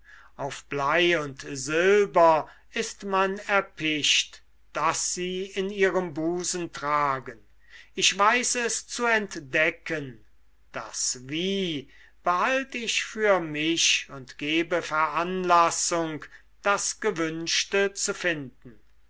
auf blei und silber ist man erpicht das sie in ihrem busen tragen ich weiß es zu entdecken das wie behalt ich für mich und gebe veranlassung das gewünschte zu finden